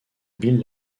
bill